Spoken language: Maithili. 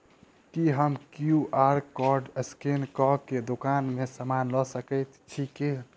हम क्यू.आर कोड स्कैन कऽ केँ दुकान मे समान लऽ सकैत छी की?